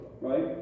right